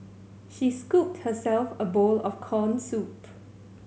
she scooped herself a bowl of corn soup